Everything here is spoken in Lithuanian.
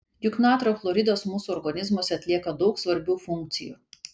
juk natrio chloridas mūsų organizmuose atlieka daug svarbių funkcijų